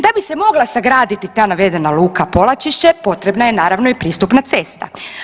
Da bi se mogla sagraditi ta navedena Luka Polačišće potrebna je naravno i pristupna cesta.